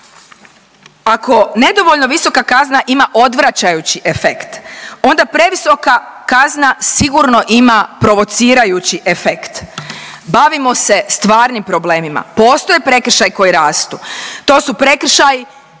Ako nedovoljno visoka kazna ima odvraćajući efekt onda previsoka kazna sigurno ima provocirajući efekt. Bavimo se stvarnim problemima. Postoje prekršaji koji rastu. To su prekršaji